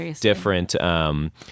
different